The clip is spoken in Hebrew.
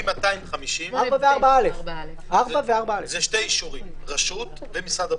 מ-250 אלו שני אישורים: רשות ומשרד הבריאות,